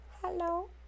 hello